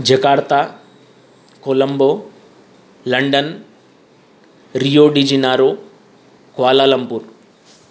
Jakarta Colombo London Rio de Janeiro Kuala Lumpur